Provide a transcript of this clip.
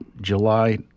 July